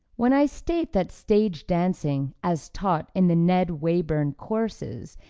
when i state that stage dancing, as taught in the ned wayburn courses,